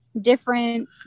different